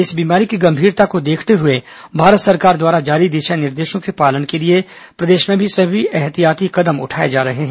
इस बीमारी की गंभीरता को देखते हुए भारत सरकार द्वारा जारी दिशा निर्देशों के पालन के लिए प्रदेश में भी सभी ऐहतियाती कदम उठाए जा रहे हैं